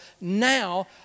now